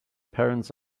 parents